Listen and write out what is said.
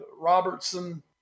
Robertson